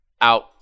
out